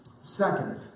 Second